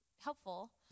helpful